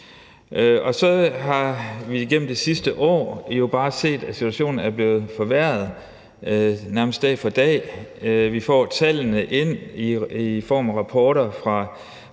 Og så har vi jo gennem det sidste år bare set, at situationen er blevet forværret nærmest dag for dag. Vi får tallene ind i form af rapporter fra